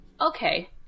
okay